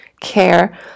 care